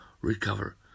recover